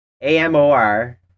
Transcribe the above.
A-M-O-R